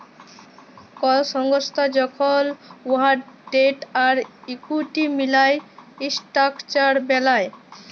call সংস্থা যখল উয়ার ডেট আর ইকুইটি মিলায় ইসট্রাকচার বেলায়